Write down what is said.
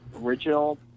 original